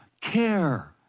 care